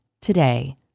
today